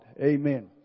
Amen